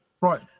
right